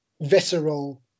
visceral